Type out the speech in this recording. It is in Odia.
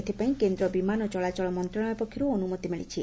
ଏଥ୍ପାଇଁ କେନ୍ଦ୍ର ବିମାନ ଚଳାଚଳ ମନ୍ତଶାଳୟ ପକ୍ଷରୁ ଅନୁମତି ମିଳିଛି